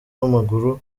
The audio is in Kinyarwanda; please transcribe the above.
w’amaguru